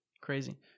crazy